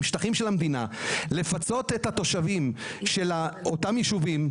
לפצות את אותם יישובים,